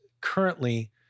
currently